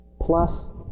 plus